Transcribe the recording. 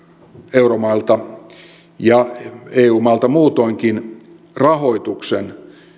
euromailta ja eu mailta muutoinkin rahoituksen